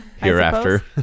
Hereafter